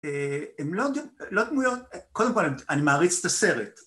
הם לא ד.. לא דמויות, קודם כל אני מעריץ את הסרט